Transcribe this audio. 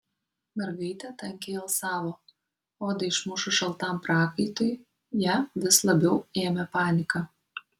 mergaitė tankiai alsavo odą išmušus šaltam prakaitui ją vis labiau ėmė panika